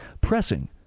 pressing